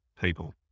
people